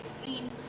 screen